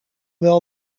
wel